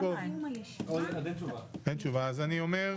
2 באוגוסט 2021. אנחנו נפתח